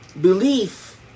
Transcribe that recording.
belief